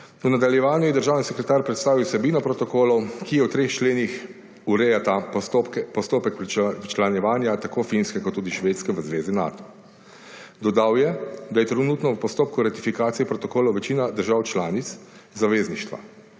V nadaljevanju je državni sekretar predstavil vsebino protokolov, ki v treh členih urejata postopek včlanjevanja tako Finske kot tudi Švedske v Zvezi Nato. Dodal je, da je trenutno v postopku ratifikacije protokola večina držav članic zavezništva.